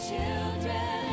children